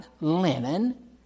linen